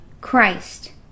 Christ